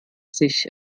sich